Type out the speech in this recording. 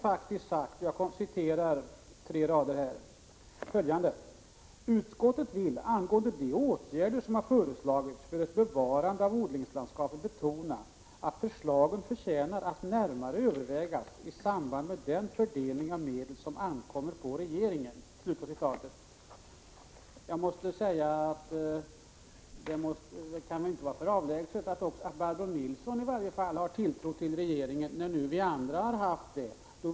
Utskottet har sagt: ”Utskottet vill angående de åtgärder som har föreslagits för ett bevarande av odlingslandskapet betona att förslagen förtjänar att närmare övervägas i samband med den fördelning av medlen som ankommer på regeringen.” Jag måste säga att det kan väl inte vara avlägset att Barbro Nilsson har tilltro till regeringen, när nu vi andra har det.